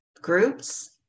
groups